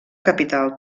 capital